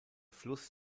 fluss